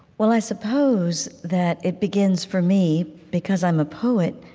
well, i suppose that it begins, for me, because i'm a poet,